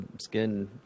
skin